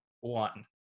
one